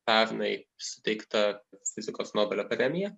pernai suteikta fizikos nobelio akademija